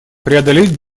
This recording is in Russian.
преодолеть